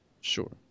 Sure